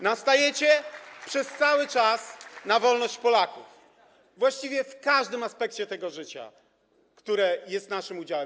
Nastajecie przez cały czas na wolność Polaków, właściwie w każdym aspekcie tego życia, które jest naszym udziałem.